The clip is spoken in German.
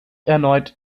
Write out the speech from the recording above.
erneut